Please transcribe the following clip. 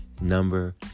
number